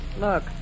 Look